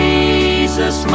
Jesus